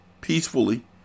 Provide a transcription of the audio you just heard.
peacefully